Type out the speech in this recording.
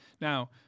Now